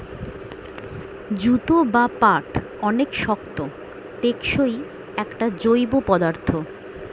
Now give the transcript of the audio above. jute বা পাট অনেক শক্ত, টেকসই একটা জৈব পদার্থ